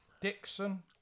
Dixon